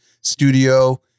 studio